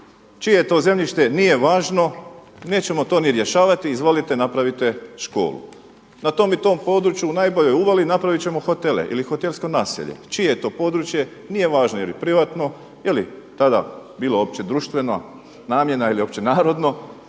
čije je to zemljište nije važno, nećemo to ni rješavati izvolite napravite školu. Na tom i tom području u najboljoj uvali napravit ćemo hotele ili hotelsko naselje. Čije je to područje, nije važno jel privatno jeli tada bilo općedruštveno namjena ili općenarodno,